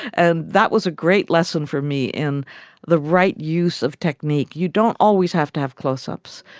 and that was a great lesson for me in the right use of technique. you don't always have to have close ups.